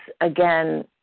again